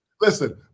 Listen